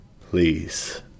please